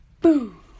Boom